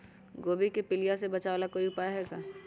गोभी के पीलिया से बचाव ला कोई उपाय है का?